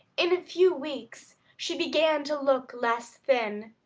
in a few weeks she began to look less thin.